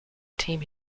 team